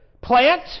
plant